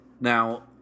Now